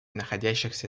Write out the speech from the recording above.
находящихся